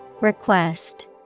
Request